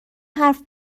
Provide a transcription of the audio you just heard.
حرف